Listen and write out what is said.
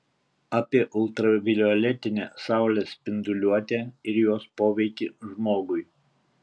apie ultravioletinę saulės spinduliuotę ir jos poveikį žmogui